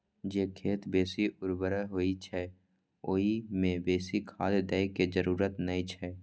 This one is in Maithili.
जे खेत बेसी उर्वर होइ छै, ओइ मे बेसी खाद दै के जरूरत नै छै